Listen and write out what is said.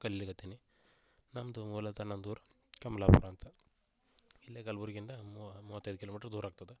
ಕಲೀಲಿಕತೀನಿ ನಮ್ಮದು ಮೂಲತ ನಂದೂರು ಕಮಲಾಪುರ ಅಂತ ಇಲ್ಲೇ ಕಲ್ಬುರ್ಗಿಯಿಂದ ಮೂವತೈದು ಕಿಲೋಮಿಟ್ರ್ ದೂರ ಆಗ್ತದೆ